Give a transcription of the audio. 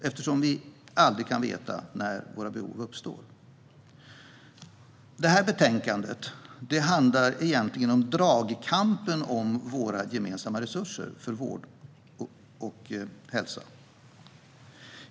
Vi kan aldrig veta när behov uppstår. Det här betänkandet handlar egentligen om dragkampen om våra gemensamma resurser för hälso och sjukvård.